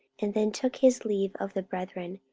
and then took his leave of the brethren,